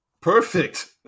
Perfect